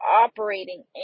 operating